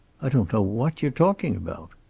i don't know what you're talking about.